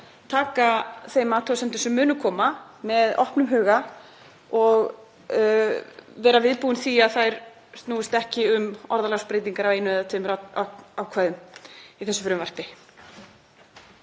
taka þeim athugasemdum sem munu koma með opnum huga og vera viðbúinn því að þær snúist ekki um orðalagsbreytingar á einu eða tveimur ákvæðum í þessu frumvarpi.